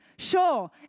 Sure